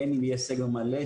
בין אם יהיה סגר מלא,